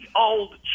old